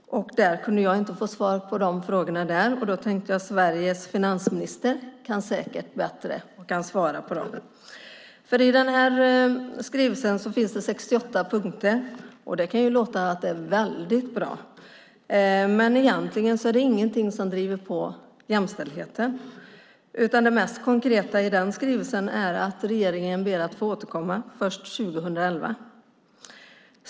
Jag kunde inte få svar på mina frågor då, och nu tänkte jag att Sveriges finansminister säkert kan bättre och kan svara på dem. I skrivelsen finns det 68 punkter. Det kan låta som att det är väldigt bra. Men egentligen är det ingenting som driver på jämställdheten, utan det mest konkreta i skrivelsen är att regeringen ber att få återkomma först 2011.